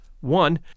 one